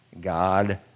God